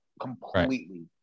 completely